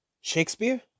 Shakespeare